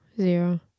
Zero